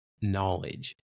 knowledge